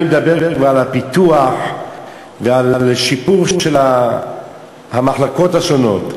מי מדבר כבר על פיתוח ועל שיפור של המחלקות השונות.